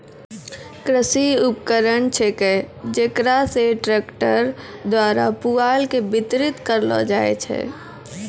कृषि उपकरण छेकै जेकरा से ट्रक्टर द्वारा पुआल के बितरित करलो जाय छै